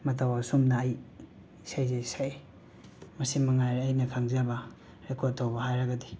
ꯃꯇꯧ ꯑꯁꯨꯝꯅ ꯑꯩ ꯏꯁꯩꯖꯦ ꯁꯛꯑꯦ ꯃꯁꯤ ꯃꯉꯥꯏꯔꯦ ꯑꯩꯅ ꯈꯪꯖꯕ ꯔꯦꯀꯣꯠ ꯇꯧꯕ ꯍꯥꯏꯔꯒꯗꯤ